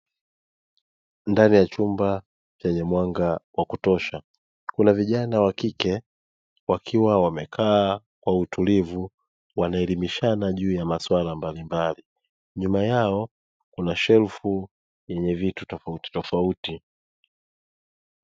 Ndani ya chumba chenye mwanga wa kutosha, kuna vijana wa kike wakiwa wamekaa kwa utulivu wanaelimishana juu ya masuala mbalimbali, nyuma yao kuna shelfu yenye vitu tofautitofauti.